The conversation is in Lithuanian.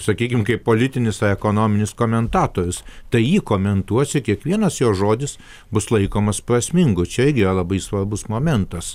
sakykim kaip politinis ar ekonominis komentatorius tai jį komentuos ir kiekvienas jo žodis bus laikomas prasmingu čia irgi yra labai svarbus momentas